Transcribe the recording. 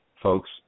folks